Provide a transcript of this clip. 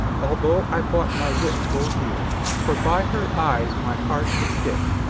although i bought my wit full dear for by her eyes my heart is hit.